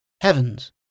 Heavens